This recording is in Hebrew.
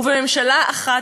וממשלה אחת,